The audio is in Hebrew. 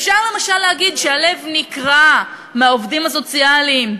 אפשר, למשל, להגיד שהלב נקרע מהעובדים הסוציאליים,